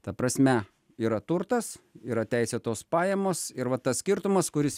ta prasme yra turtas yra teisėtos pajamos ir va tas skirtumas kuris